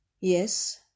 Yes